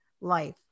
life